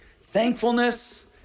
thankfulness